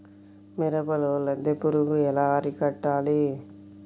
మిరపలో లద్దె పురుగు ఎలా అరికట్టాలి?